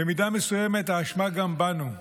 במידה מסוימת האשמה גם בנו.